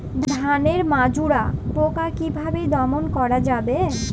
ধানের মাজরা পোকা কি ভাবে দমন করা যাবে?